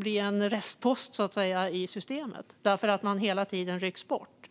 bli en restpost, så att säga, i systemet eftersom man hela tiden rycks bort.